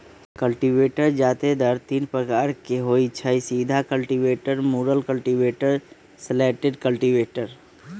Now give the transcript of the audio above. cultivator जादेतर तीने प्रकार के होई छई, सीधा कल्टिवेटर, मुरल कल्टिवेटर, स्लैटेड कल्टिवेटर